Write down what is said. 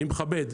ואני מכבד.